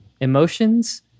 emotions